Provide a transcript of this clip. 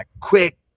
quick